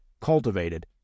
cultivated